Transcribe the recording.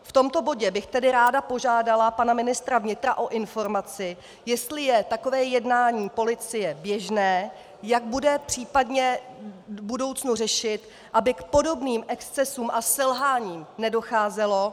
V tomto bodě bych tedy ráda požádala pana ministra vnitra o informaci, jestli je takové jednání policie běžné, jak bude případně v budoucnu řešit, aby k podobným excesům a selháním nedocházelo.